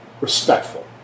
respectful